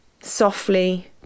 softly